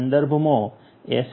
સંદર્ભમાં એસ